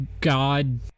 God